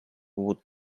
would